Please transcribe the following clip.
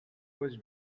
was